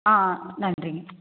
ஆஆ நன்றிங்க